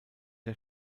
der